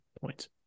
points